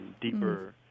deeper